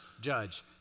judge